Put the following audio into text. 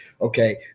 Okay